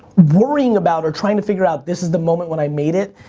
worrying about or trying to figure out, this is the moment when i made it,